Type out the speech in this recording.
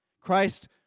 Christ